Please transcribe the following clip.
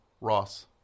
Ross